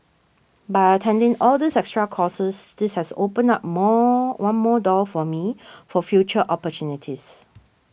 by attending all these extra courses this has opened up more one more door for me for future opportunities